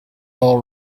all